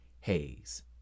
haze